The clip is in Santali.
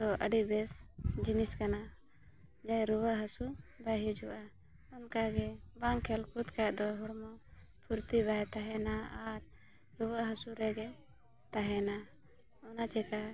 ᱫᱚ ᱟᱹᱰᱤ ᱵᱮᱥ ᱡᱤᱱᱤᱥ ᱠᱟᱱᱟ ᱰᱷᱮᱹᱨ ᱨᱩᱣᱟᱹᱜ ᱦᱟᱹᱥᱩ ᱵᱟᱭ ᱦᱤᱡᱩᱜᱼᱟ ᱚᱱᱠᱟ ᱜᱮ ᱵᱟᱝ ᱠᱷᱮᱞ ᱠᱚᱫ ᱠᱷᱟᱡ ᱫᱚ ᱦᱚᱲᱢᱚ ᱯᱷᱩᱨᱛᱤ ᱵᱟᱭ ᱛᱟᱦᱮᱱᱟ ᱟᱨ ᱨᱩᱣᱟᱹᱜ ᱦᱟᱹᱥᱩ ᱨᱮᱜᱮ ᱛᱟᱦᱮᱱᱟ ᱚᱱᱟ ᱪᱮᱠᱟ